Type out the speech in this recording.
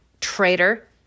Traitor